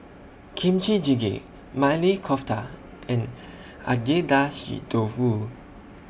Kimchi Jjigae Maili Kofta and Agedashi Dofu